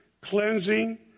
cleansing